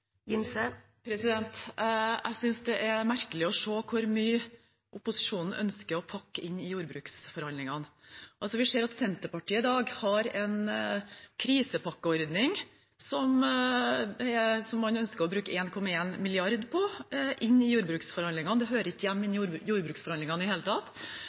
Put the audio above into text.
Jeg synes det er merkelig å se hvor mye opposisjonen ønsker å pakke inn i jordbruksforhandlingene. Vi ser at Senterpartiet i dag foreslår en krisepakkeordning som man ønsker å bruke 1,1 mrd. kr på inn i jordbruksforhandlingene. Det hører ikke hjemme i jordbruksforhandlingene i det hele tatt.